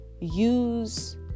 use